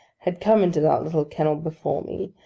had come into that little kennel before me,